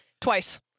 Twice